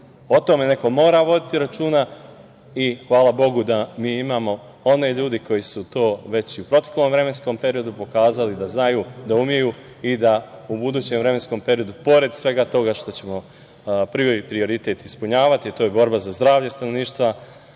tome neko mora voditi računa i hvala Bogu da mi imamo one ljude koji su to već i u proteklom vremenskom periodu pokazali da znaju, da umeju i da u budućem vremenskom periodu, pored svega toga što ćemo prvi prioritet ispunjavati, a to je borba za zdravlje stanovništva,